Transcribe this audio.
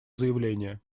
заявление